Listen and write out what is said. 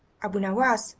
abu nowas!